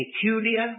peculiar